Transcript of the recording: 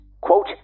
quote